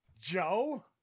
joe